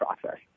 process